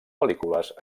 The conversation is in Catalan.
pel·lícules